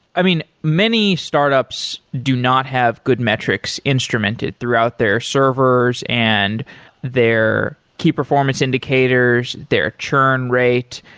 i mean, many startups do not have good metrics instrumented throughout their servers and their key performance indicators, their churn rate,